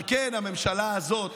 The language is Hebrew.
אבל כן, הממשלה הזאת